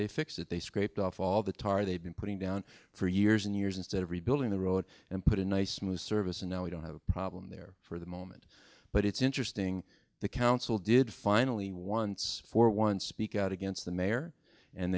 they fix it they scraped off all the tar they've been putting down for years and years instead of rebuilding the road and put a nice smooth service and now we don't have a problem there for the moment but it's interesting the council did finally once for once speak out against the mayor and